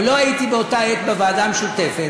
אבל לא הייתי באותה עת בוועדה המשותפת.